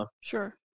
Sure